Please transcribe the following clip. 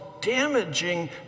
damaging